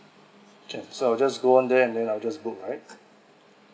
can so I just go on there and then I will just book right